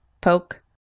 poke